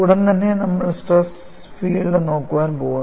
ഉടൻ തന്നെ നമ്മൾ സ്ട്രെസ് ഫീൽഡ് നോക്കാൻ പോകുന്നു